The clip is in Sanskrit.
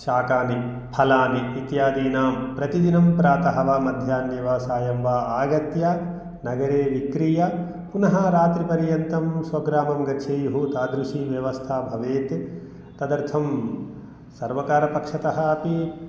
शाकानि फलानि इत्यादीनां प्रतिदिनं प्रातः वा मध्याह्ने वा सायं वा आगत्य नगरे विक्रीय पुनः रात्रिपर्यन्तं स्वग्रामं गच्छेयुः तादृशी व्यवस्था भवेत् तदर्थं सर्वकारपक्षतः अपि